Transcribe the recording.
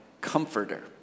comforter